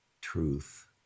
truth